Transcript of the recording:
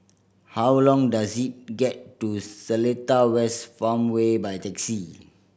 how long does it get to Seletar West Farmway by taxi